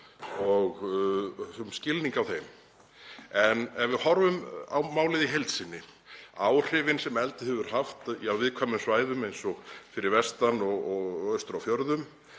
og höfum skilning á þeim. En ef við horfum á málið í heild sinni, áhrifin sem eldið hefur haft á viðkvæmum svæðum eins og fyrir vestan og austur á fjörðum,